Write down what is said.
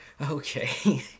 Okay